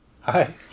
Hi